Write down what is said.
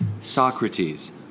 Socrates